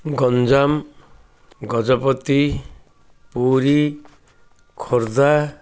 Ganjam Gajapati Puri Khordha